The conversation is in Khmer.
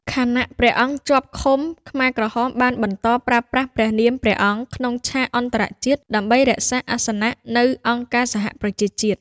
ខណៈព្រះអង្គជាប់ឃុំ ខ្មែរក្រហមបានបន្តប្រើប្រាស់ព្រះនាមព្រះអង្គក្នុងឆាកអន្តរជាតិដើម្បីរក្សាអាសនៈនៅអង្គការសហប្រជាជាតិ។